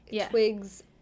Twigs